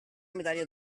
medaglia